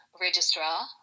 registrar